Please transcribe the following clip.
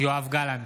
יואב גלנט,